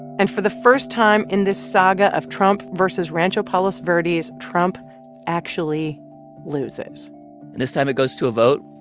and for the first time in this saga of trump versus rancho palos verdes, trump actually loses and this time, it goes to a vote.